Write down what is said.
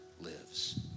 lives